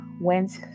went